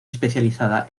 especializada